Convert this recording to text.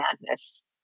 Madness